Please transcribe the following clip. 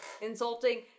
insulting